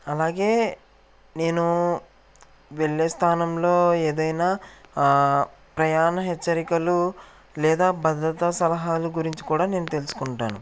అలాగే నేను వెళ్లే స్థానంలో ఏదైనా ప్రయాణం హెచ్చరికలు లేదా భద్రత సలహాలు గురించి కూడా నేను తెలుసుకుంటాను